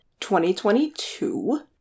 2022